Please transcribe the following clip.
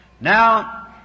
Now